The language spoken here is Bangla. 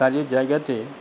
কাজের জায়গাতে